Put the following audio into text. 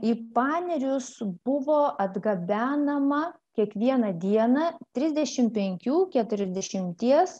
į panerius buvo atgabenama kiekvieną dieną trisdešim penkių keturiasdešimties